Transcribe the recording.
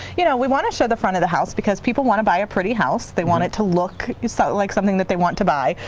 you know we want to show the front of the house because people want to buy a pretty house. they want it to look so like something that they want to buy.